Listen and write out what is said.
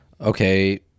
Okay